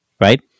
right